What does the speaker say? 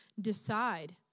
decide